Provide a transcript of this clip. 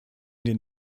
den